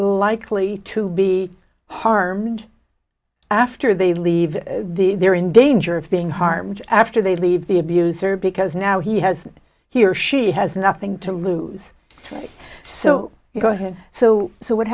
likely to be harmed after they leave the they're in danger of being harmed after they leave the abuser because now he has he or she has nothing to lose so you go ahead so so what